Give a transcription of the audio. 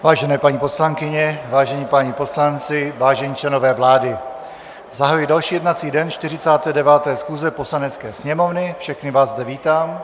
Vážené paní poslankyně, vážení páni poslanci, vážení členové vlády, zahajuji další jednací den 49. schůze Poslanecké sněmovny, všechny vás zde vítám.